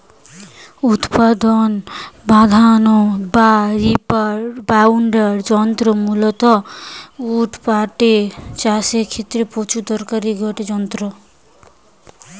উৎপাটন বাঁধন বা রিপার বাইন্ডার যন্ত্র মূলতঃ ওট চাষের ক্ষেত্রে প্রচুর দরকারি গটে যন্ত্র